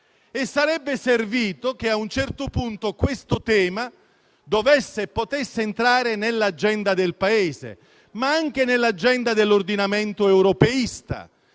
Sarebbe servito che, a un certo punto, questo tema dovesse e potesse entrare nell'agenda del Paese, ma anche in quella dell'ordinamento europeista,